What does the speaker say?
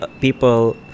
people